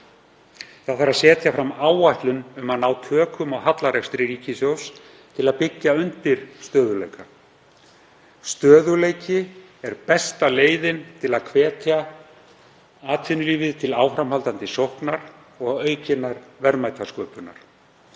þarf fram áætlun um að ná tökum á hallarekstri ríkissjóðs til að byggja undir stöðugleika. Stöðugleiki er besta leiðin til að hvetja atvinnulífið til áframhaldandi sóknar og aukinnar verðmætasköpunar.